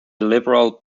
liberal